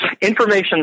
Information